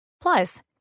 Plus